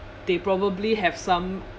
they probably have some